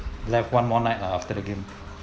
left one more night ah after the game